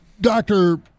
Doctor